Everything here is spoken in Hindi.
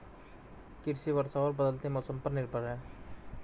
कृषि वर्षा और बदलते मौसम पर निर्भर है